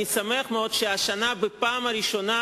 אני שמח מאוד שהשנה, בפעם הראשונה,